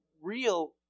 real